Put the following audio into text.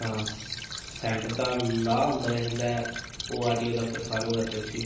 centre दा लाह् औंदा जिसलै ओह् आरटीओ दफ्तर फालो करदे